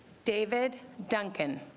david duncan